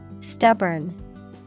Stubborn